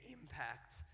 impact